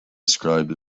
described